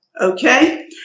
Okay